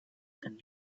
and